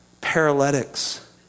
paralytics